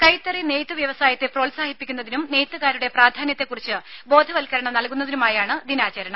കൈത്തറി നെയ്ത്തു വ്യവസായത്തെ പ്രോത്സാഹിപ്പിക്കുന്നതിനും നെയ്ത്തുകാരുടെ പ്രാധാന്യത്തെക്കുറിച്ച് ബോധവൽക്കരണം നൽകുന്നതിനുമായാണ് ദിനാചരണം